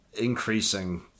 increasing